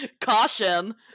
Caution